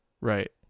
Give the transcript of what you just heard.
Right